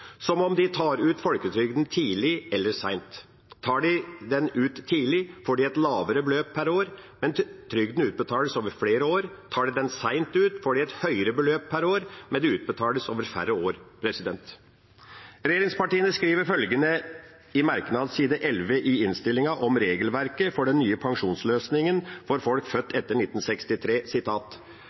de tar ut folketrygden tidlig eller seint. Tar de den ut tidlig, får de et lavere beløp per år, men trygden utbetales over flere år. Tar de den seint ut, får de et høyere beløp per år, men det utbetales over færre år. Regjeringspartiene skriver følgende i en merknad på side 11 i innstillinga om regelverket for den nye pensjonsløsningen for folk født etter 1963: